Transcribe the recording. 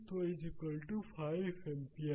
तो 5 एम्पीयर